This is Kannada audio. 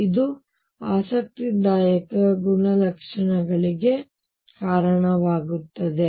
ಇದು ಆಸಕ್ತಿದಾಯಕ ಗುಣಲಕ್ಷಣಗಳಿಗೆ ಕಾರಣವಾಗುತ್ತದೆ